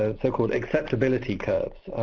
ah so-called acceptability curves,